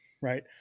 right